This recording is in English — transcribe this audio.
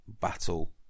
battle